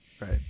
Right